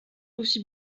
aussi